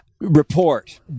report